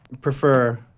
prefer